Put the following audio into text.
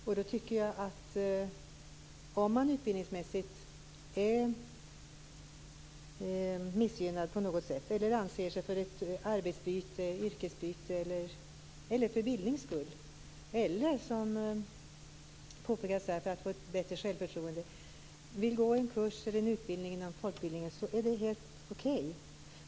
Om man är missgynnad utbildningsmässigt eller anser sig vilja studera inom folkbildningen på grund av ett arbetsbyte, yrkesbyte, för bildnings skull eller, som påpekas här, för att få ett bättre självförtroende är det helt okej.